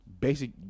basic